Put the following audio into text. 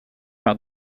par